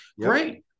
great